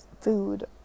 food